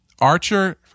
Archer